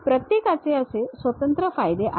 प्रत्येकाचे असे स्वतंत्र फायदे आहेत